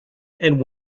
and